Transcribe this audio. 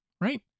Right